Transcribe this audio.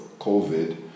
COVID